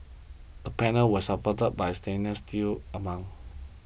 the panels were supported by a stainless steel amount